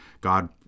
God